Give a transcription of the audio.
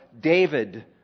David